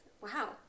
Wow